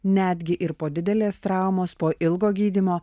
netgi ir po didelės traumos po ilgo gydymo